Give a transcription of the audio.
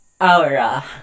aura